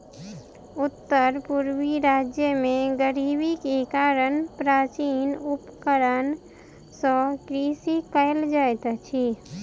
उत्तर पूर्वी राज्य में गरीबी के कारण प्राचीन उपकरण सॅ कृषि कयल जाइत अछि